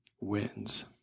wins